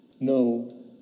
No